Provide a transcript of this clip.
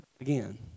again